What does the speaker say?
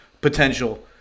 potential